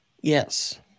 Yes